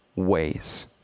ways